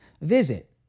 visit